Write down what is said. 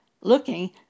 looking